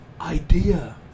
idea